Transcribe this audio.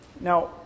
Now